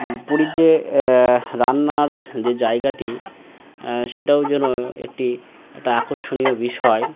পুরীর যে রান্নার যে জায়গাটি সেটাও য একটি একটা আকর্ষণীয় বিষয়